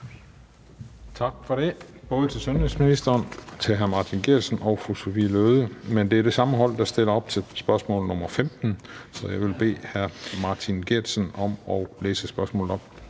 Tak for det, både til sundhedsministeren, til hr. Martin Geertsen og til fru Sophie Løhde. Det er det samme hold, der stiller op til spørgsmål nr. 15, så jeg vil bede hr. Martin Geertsen om at læse spørgsmålet op.